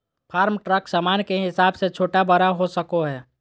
farm truck सामान के हिसाब से छोटा बड़ा हो सको हय